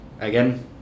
again